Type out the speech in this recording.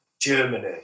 Germany